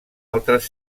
altres